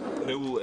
ראו,